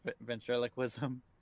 ventriloquism